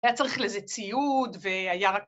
‫היה צריך לזה ציוד והיה רק...